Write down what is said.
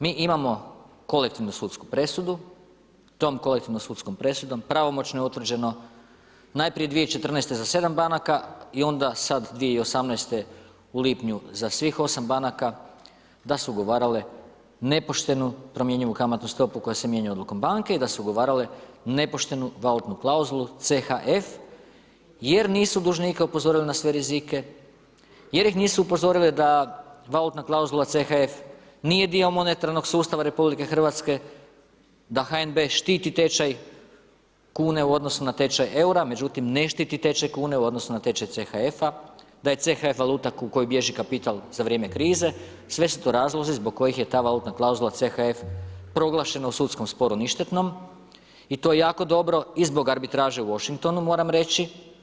Mi imamo kolektivnu sudsku presudu, tom kolektivnom sudskom presudom pravomoćno je utvrđeno, najprije 2014. za 7 banaka i onda sad 2018. u lipnju za svih 8 banaka da su ugovarale nepoštenu promjenjivu kamatnu stopu koja se mijenja odlukom banke i da su ugovarale nepoštenu valutnu klauzulu CHF jer nisu dužnike upozorile na sve rizike, jer ih nisu upozorile da valutna klauzula CHF nije dio monetarnog sustava RH, da HNB štiti tečaj kune u odnosu na tečaj eura međutim ne štiti tečaj kune u odnosu na tečaj CHF-a, da je CHF valuta kojoj bježi kapital za vrijeme krize, sve su to razlozi zbog kojih je ta valutna klauzula CHF proglašena u sudskom sporu ništetnom i to je jako dobro i zbog arbitraže u Washingtonu moram reći.